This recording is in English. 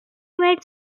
made